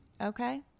Okay